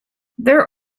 there